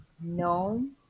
known